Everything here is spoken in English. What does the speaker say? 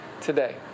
today